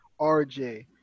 RJ